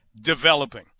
developing